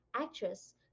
actress